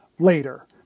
later